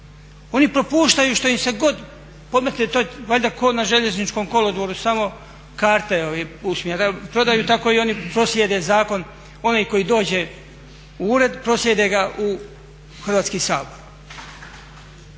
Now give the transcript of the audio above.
Oni propuštaju što im se god podmetne, to je valjda kao na željezničkom kolodvoru samo karte prodaju tako i oni proslijede zakon onaj koji dođe u ured proslijede ga u Hrvatski sabor.